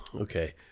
Okay